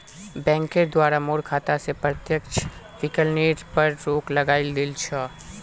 बैंकेर द्वारे मोर खाता स प्रत्यक्ष विकलनेर पर रोक लगइ दिल छ